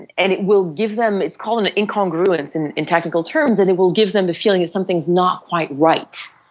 and and it will give them it's called incongruence in in tactical terms and it will give them the feeling that something is not quite right.